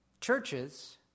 churches